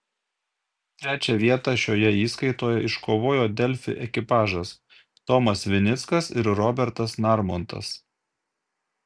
trečią vietą šioje įskaitoje iškovojo delfi ekipažas tomas vinickas ir robertas narmontas